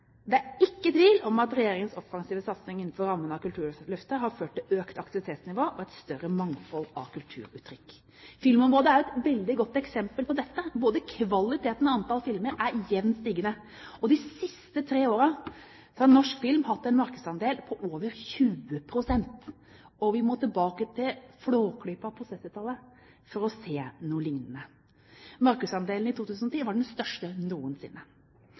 Det er ikke tvil om at regjeringens offensive satsing innenfor rammen av Kulturløftet har ført til et økt aktivitetsnivå og et større mangfold av kulturuttrykk. Filmområdet er et veldig godt eksempel på dette. Både kvaliteten og antall filmer er jevnt stigende. De siste tre årene har norsk film hatt en markedsandel på over 20 pst. ; vi må tilbake til Flåklypa på 1970-tallet for å se noe lignende. Markedsandelen i 2010 var den største noensinne.